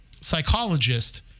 psychologist